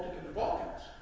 in the balkans.